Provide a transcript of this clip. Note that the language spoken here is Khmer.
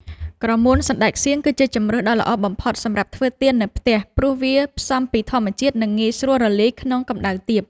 ក្រមួនសណ្ដែកសៀង គឺជាជម្រើសដ៏ល្អបំផុតសម្រាប់ធ្វើទៀននៅផ្ទះ ព្រោះវាផ្សំពីធម្មជាតិ និងងាយស្រួលរលាយក្នុងកម្ដៅទាប។